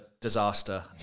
disaster